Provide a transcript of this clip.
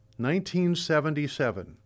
1977